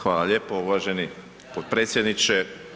Hvala lijepo uvaženi potpredsjedniče.